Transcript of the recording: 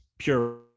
Pure